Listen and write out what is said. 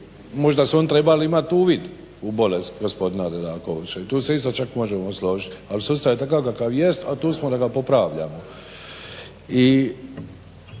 Možda su oni trebali imati uvid u bolest gospodina Dedakovića i tu se isto čak možemo složiti. Ali sustav je takav kakav jest, a tu smo da ga popravljamo. I